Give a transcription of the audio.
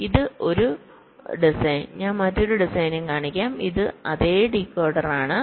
ഇത് ഒരു ഡിസൈൻ ഞാൻ മറ്റൊരു ഡിസൈനും കാണിക്കാം ഇതും അതേ ഡീകോഡർ ആണ്